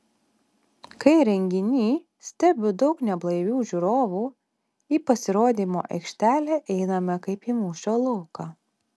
kai renginį stebi daug neblaivių žiūrovų į pasirodymo aikštelę einame kaip į mūšio lauką